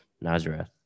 Nazareth